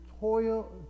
toil